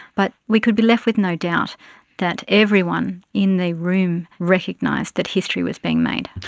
but we could be left with no doubt that everyone in the room recognised that history was being made.